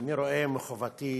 אני רואה כחובתי